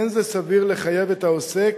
אין זה סביר לחייב את העוסק